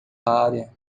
área